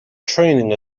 training